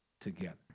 together